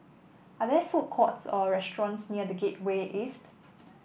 are there food courts or restaurants near The Gateway East